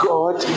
God